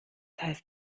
heißt